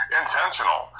intentional